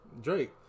Drake